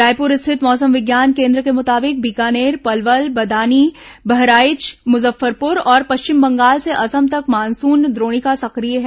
रायपुर स्थित मौसम विज्ञान केन्द्र के मुताबिक बीकानेर पलवल बदानी बहराइच मुजफ्फरपुर और पश्चिम बंगाल से असम तक मानसून द्रोणिका सक्रिय है